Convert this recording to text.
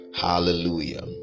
Hallelujah